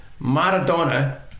Maradona